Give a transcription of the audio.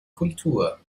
kultur